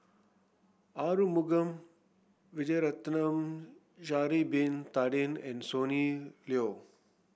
Arumugam Vijiaratnam Sha'ari Bin Tadin and Sonny Liew